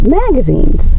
magazines